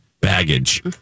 baggage